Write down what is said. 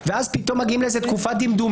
יש לזה משמעות אדירה על המורל הציבורי,